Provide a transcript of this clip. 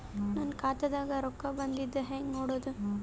ನನ್ನ ಖಾತಾದಾಗ ರೊಕ್ಕ ಬಂದಿದ್ದ ಹೆಂಗ್ ನೋಡದು?